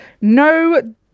no